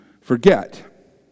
forget